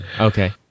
Okay